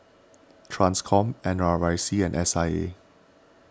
Transcom N R I C and S I A